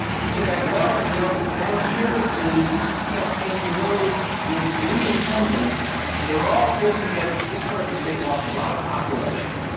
he said, well, you know, down here in southampton roads, we have three incumbents that are all close together because this part of the state lost a lot of population.